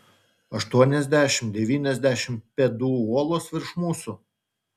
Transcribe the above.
aštuoniasdešimt devyniasdešimt pėdų uolos virš mūsų